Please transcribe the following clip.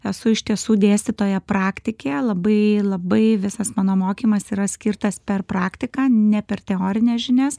esu iš tiesų dėstytoja praktikė labai labai visas mano mokymas yra skirtas per praktiką ne per teorines žinias